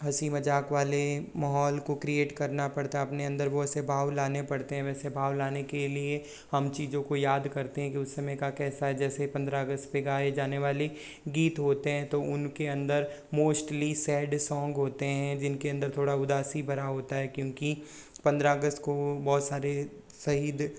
हँसी मजाक वाले माहौल को क्रिएट करना पड़ता अपने अंदर बहुत से भाव लाने पड़ते हैं वैसे भाव लाने के लिए हम चीज़ों को याद करते हैं कि उस समय का कैसा है जैसे पन्द्रह अगस्त पे गाए जाने वाली गीत होते हैं तो उनके अंदर मोस्टली सैड सोंग होते हैं जिनके अंदर थोड़ा उदासी भरा होता है क्योंकि पन्द्रह अगस्त को वो बहुत सारे शहीद